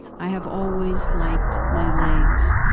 i have always liked my legs,